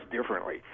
differently